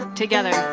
together